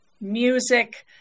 music